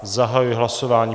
Zahajuji hlasování.